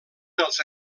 els